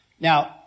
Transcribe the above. Now